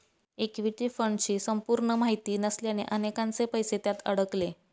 equity फंडची संपूर्ण माहिती नसल्याने अनेकांचे पैसे त्यात अडकले